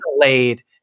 delayed